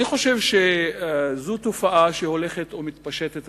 אני חושב שזו תופעה שהולכת ומתפשטת,